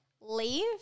leave